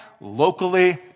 locally